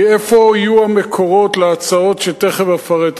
מאיפה יהיו המקורות להצעות שתיכף אפרט.